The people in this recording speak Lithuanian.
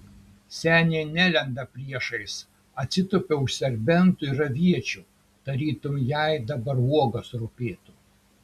senė nelenda priešais atsitupia už serbentų ir aviečių tarytum jai dabar uogos rūpėtų